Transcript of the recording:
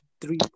three